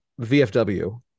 VFW